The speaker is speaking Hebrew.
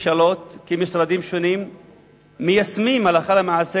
המשרדים השונים מיישמים הלכה למעשה